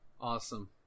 Awesome